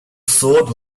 sword